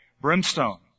Brimstone